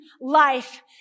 life